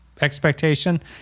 expectation